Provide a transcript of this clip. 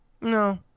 No